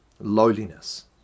Lowliness